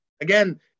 Again